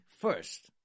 first